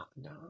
no